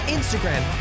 Instagram